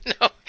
No